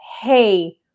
hey